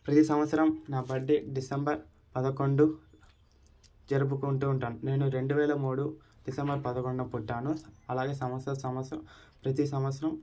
ప్రతీ సంవత్సరం నా బడ్డే డిసెంబర్ పదకొండు జరుపుకుంటూ ఉంటాను నేను రెండు వేల మూడు డిసెంబర్ పదకొండున పుట్టాను అలాగే సంవత్సర సంవత్సరం ప్రతీ సంవత్సరం